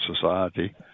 society